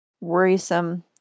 worrisome